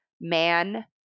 man –